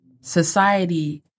society